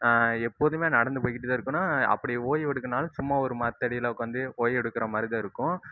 எப்போதுமே நடந்து போய்க்கிட்டுதான் இருக்கணும் அப்படி ஓய்வு எடுக்குனாலும் சும்மா ஒரு மரத்தடியில உட்காந்து ஓய்வு எடுக்கிறமாதிரிதான் இருக்கும்